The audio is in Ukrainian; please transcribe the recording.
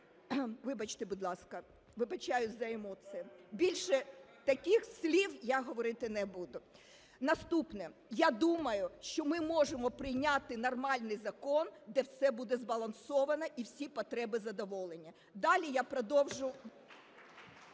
Вибачте, будь ласка. Вибачаюсь за емоції. Більше таких слів я говорити не буду. Наступне. Я думаю, що ми можемо прийняти нормальний закон, де все буде збалансоване і всі потреби задоволені. Далі я продовжу…